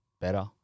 better